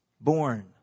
Born